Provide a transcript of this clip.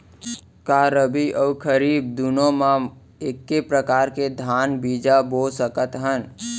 का रबि अऊ खरीफ दूनो मा एक्के प्रकार के धान बीजा बो सकत हन?